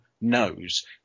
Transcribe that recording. knows